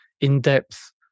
in-depth